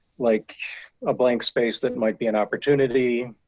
like a blank space that might be an opportunity.